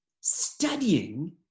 studying